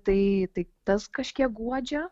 tai tai tas kažkiek guodžia